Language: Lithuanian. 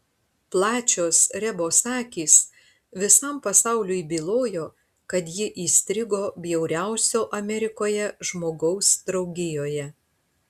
plačios rebos akys visam pasauliui bylojo kad ji įstrigo bjauriausio amerikoje žmogaus draugijoje